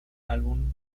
álbum